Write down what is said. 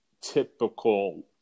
typical